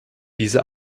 diese